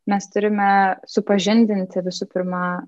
mes turime supažindinti visų pirma